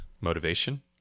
motivation